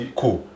cool